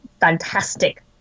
fantastic